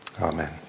Amen